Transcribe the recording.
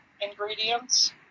ingredients